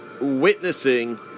witnessing